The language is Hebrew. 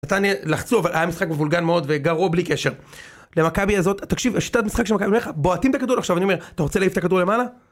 נתניה לחצו, אבל היה משחק מבולגן מאוד וגרוע בלי קשר. למכבי הזאת, תקשיב, השיטת משחק של מכבי, אני אומר לך, בועטים בכדור, עכשיו, אני אומר, אתה רוצה להעיף את הכדור למעלה?